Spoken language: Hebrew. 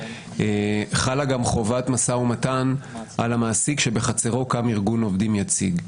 חלה גם חובת משא ומתן על המעסיק שבחצרו קם ארגון עובדים יציג.